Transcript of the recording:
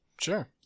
Sure